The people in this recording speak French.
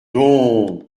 donc